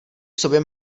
sobě